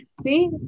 See